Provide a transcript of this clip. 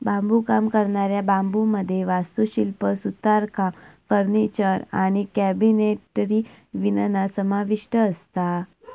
बांबुकाम करणाऱ्या बांबुमध्ये वास्तुशिल्प, सुतारकाम, फर्निचर आणि कॅबिनेटरी विणणा समाविष्ठ असता